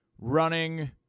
running